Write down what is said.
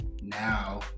now